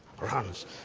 runs